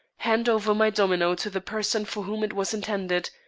hand over my domino to the person for whom it was intended,